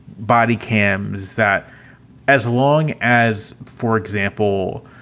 body cams, that as long as, for example,